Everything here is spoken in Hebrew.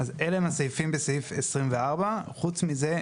אז אלה הסעיפים בסעיף 24. חוץ מזה,